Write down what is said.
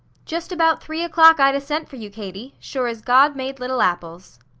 just about three o'clock i'd a-sent for you, katie, sure as god made little apples.